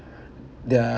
their